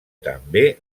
també